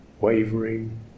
wavering